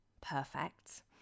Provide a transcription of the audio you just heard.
perfect